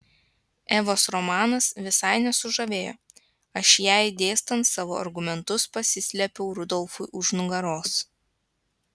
evos romanas visai nesužavėjo aš jai dėstant savo argumentus pasislėpiau rudolfui už nugaros